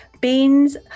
Beans